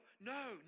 no